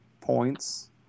points